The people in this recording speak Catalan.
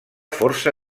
força